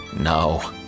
No